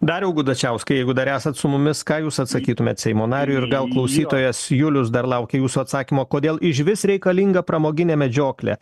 dariau gudačiauskai jeigu dar esat su mumis ką jūs atsakytumėt seimo nariui ir gal klausytojas julius dar laukia jūsų atsakymo kodėl išvis reikalinga pramoginė medžioklė